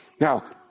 Now